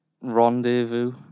Rendezvous